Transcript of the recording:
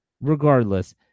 Regardless